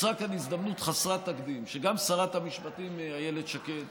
נוצרה כאן הזדמנות חסרת תקדים שגם שרת המשפטים איילת שקד